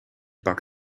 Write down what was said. pak